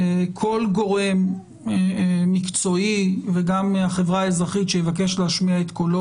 כל גורם מקצועי וגם מהחברה האזרחית שיבקש להשמיע את קולו